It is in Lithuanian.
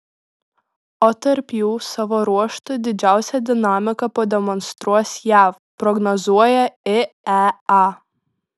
o tarp jų savo ruožtu didžiausią dinamiką pademonstruos jav prognozuoja iea